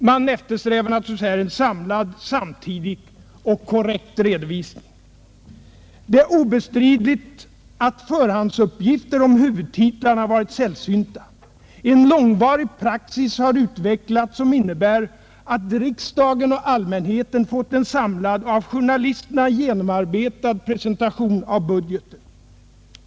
Man eftersträvar naturligtvis här en samlad samtidig och korrekt redovisning. Det är obestridligt att förhandsuppgifter om huvudtitlarna varit sällsynta. En långvarig praxis har utvecklats, som innebär att riksdagen och allmänheten fått en samlad, av journalisterna genomarbetad presentation av budgeten.